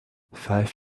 five